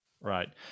Right